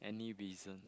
any reason